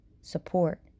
support